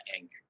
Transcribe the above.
ink